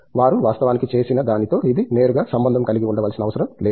వారు వాస్తవానికి చేసిన దానితో ఇది నేరుగా సంబంధం కలిగి ఉండవలసిన అవసరం లేదు